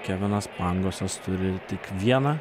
kevinas pangosas turi tik vieną